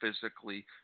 physically